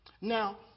now